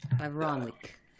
Ironic